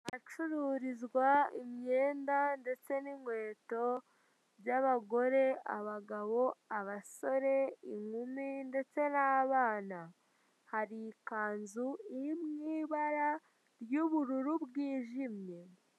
Ahacururizwa imyenda ndetse n'inkweto by'abagore, abagabo, abasore, inkumi ndetse n'abana hari ikanzu iri mu ibara ry'ubururu bwijimye.